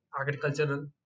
agricultural